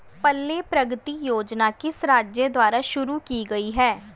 पल्ले प्रगति योजना किस राज्य द्वारा शुरू की गई है?